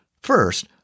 First